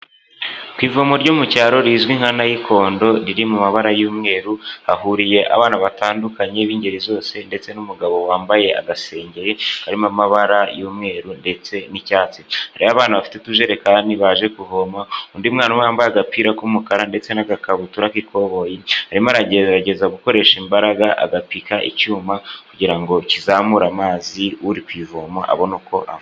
Ku ivomo ryo mu cyaro rizwi nka nayikondo riri mu mabara y'umweru, hahuriye abana batandukanye b'ingeri zose ndetse n'umugabo wambaye agasengeri, karimo amabara y'umweru ndetse n'icyatsi, hariho abana bafite utujerekani baje kuvoma, undi mwana umwe wambaye agapira k'umukara ndetse n'agakabutura k'ikoboyi, arimo aragerageza gukoresha imbaraga agapika icyuma kugira ngo kizamure amazi, uri ku ivomo abona uko avoma.